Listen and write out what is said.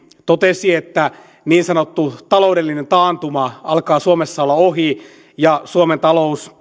totesi että niin sanottu taloudellinen taantuma alkaa suomessa olla ohi ja suomen talous